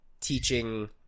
teaching